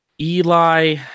Eli